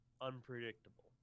unpredictable